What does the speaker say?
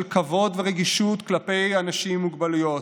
כבוד ורגישות כלפי אנשים עם מוגבלויות,